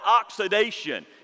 oxidation